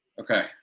Okay